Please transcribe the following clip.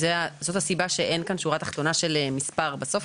זאת הסיבה שאין כאן שורה תחתונה של מספר בסוף,